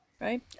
right